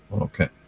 Okay